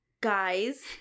guys